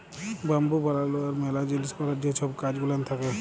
bamboo বালালো আর ম্যালা জিলিস ক্যরার যে ছব কাজ গুলান থ্যাকে